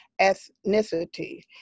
ethnicity